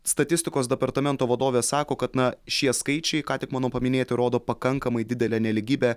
statistikos departamento vadovė sako kad na šie skaičiai ką tik mano paminėti rodo pakankamai didelę nelygybę